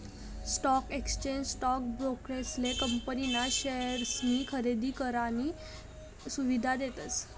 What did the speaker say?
stock exchange stock ब्रोकरेसले company ना शेअर्सनी खरेदी करानी सुविधा देतस